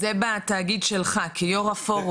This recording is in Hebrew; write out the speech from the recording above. זה בתאגיד שלך, כיו"ר הפורום?